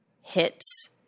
hits